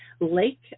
Lake